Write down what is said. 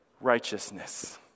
righteousness